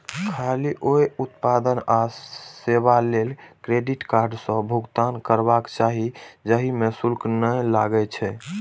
खाली ओइ उत्पाद आ सेवा लेल क्रेडिट कार्ड सं भुगतान करबाक चाही, जाहि मे शुल्क नै लागै छै